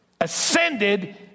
ascended